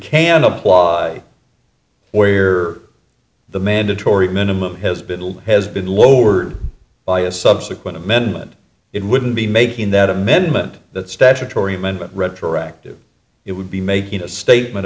can apply or you're the mandatory minimum has been has been lowered by a subsequent amendment it wouldn't be making that amendment the statutory amendment retroactive it would be making a statement